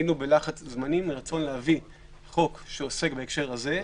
היינו בלחץ זמנים מרצון להביא חוק שעוסק בהקשר הזה.